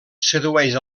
sedueix